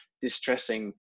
distressing